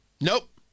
Nope